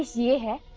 yay!